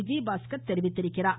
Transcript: விஜயபாஸ்கர் தெரிவித்துள்ளார்